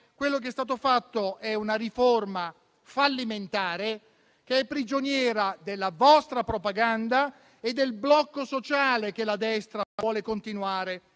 quella che è stata fatta è una riforma fallimentare, prigioniera della vostra propaganda e del blocco sociale che la destra vuole continuare